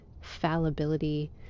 fallibility